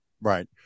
Right